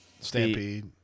stampede